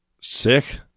Sick